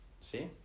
See